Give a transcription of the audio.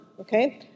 okay